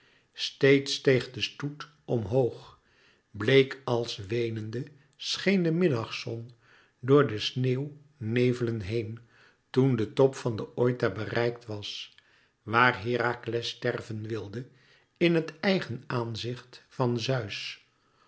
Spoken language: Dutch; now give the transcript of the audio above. steeds steeg de stoet omhoog bleek als weenende scheen de middagzon door de sneeuwnevelen heen toen de top van den oita bereikt was waar herakles sterven wilde in het eigen aanzicht van zeus